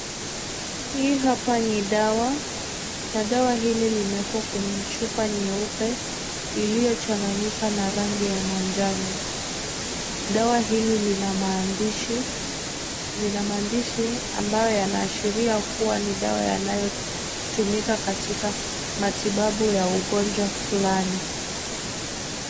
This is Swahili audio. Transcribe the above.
Hii hapa ni dawa na dawa hili limewekwa kwenye chupa nyeupe iliyochanganyika na rangi ya manjano. Dawa hili lina maandishi ambayo yanaashiria kuwa ni dawa yanayotumika katika matibabu ya ugonjwa fulani.